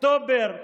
אוקטובר ונובמבר,